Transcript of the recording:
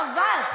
חבל.